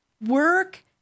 Work